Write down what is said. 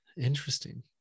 Interesting